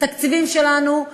התקציבים שלנו,